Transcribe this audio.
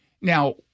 Now